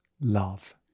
love